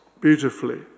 beautifully